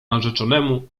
narzeczonemu